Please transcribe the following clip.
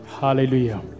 hallelujah